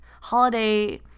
holiday